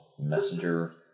Messenger